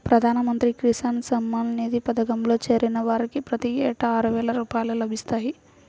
ప్రధాన మంత్రి కిసాన్ సమ్మాన్ నిధి పథకంలో చేరిన వారికి ప్రతి ఏటా ఆరువేల రూపాయలు లభిస్తాయి